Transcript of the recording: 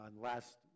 last